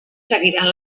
seguiran